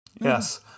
Yes